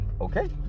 Okay